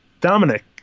Dominic